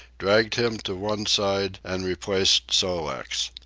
dragged him to one side and replaced sol-leks.